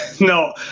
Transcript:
No